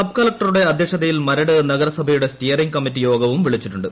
സബ്കളക്ടറുടെ അധ്യക്ഷതയിൽ മരട് നഗരസഭയുടെ സ്റ്റിയറിംഗ് കമ്മിറ്റിയോഗം വിളിച്ചിട്ടുണ്ട്